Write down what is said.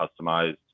customized